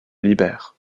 libère